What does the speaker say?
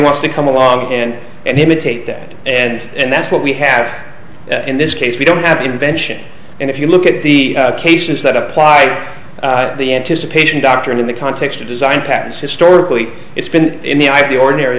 wants to come along and and imitate that and and that's what we have in this case we don't have invention and if you look at the cases that applied the anticipation doctrine in the context of design patterns historically it's been in the eye of the ordinary